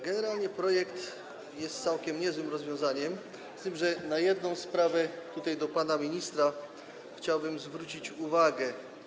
Generalnie projekt jest całkiem niezłym rozwiązaniem, z tym że na jedną sprawę - to do pana ministra - chciałbym zwrócić uwagę.